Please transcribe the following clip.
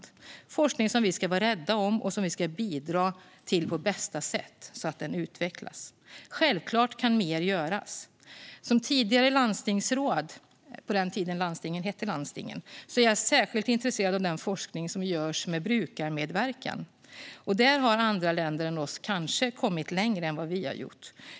Det är forskning som vi ska vara rädda om och som vi ska bidra till på bästa sätt så att den utvecklas. Självklart kan mer göras. Som tidigare landstingsråd - på den tiden landstingen hette landstingen - är jag särskilt intresserad av den forskning som görs med brukarmedverkan. Där har andra länder kanske kommit längre än vad Sverige har gjort.